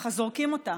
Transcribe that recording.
ככה זורקים אותה.